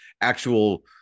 actual